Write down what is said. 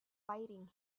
fighting